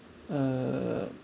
uh